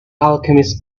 alchemist